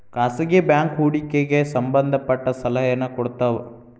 ಖಾಸಗಿ ಬ್ಯಾಂಕ್ ಹೂಡಿಕೆಗೆ ಸಂಬಂಧ ಪಟ್ಟ ಸಲಹೆನ ಕೊಡ್ತವ